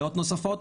ראיות נוספות,